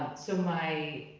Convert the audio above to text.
so my